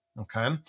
Okay